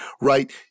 right